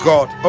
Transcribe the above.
God